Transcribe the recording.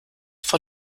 vor